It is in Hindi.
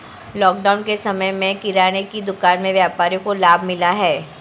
लॉकडाउन के समय में किराने की दुकान के व्यापारियों को लाभ मिला है